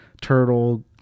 turtle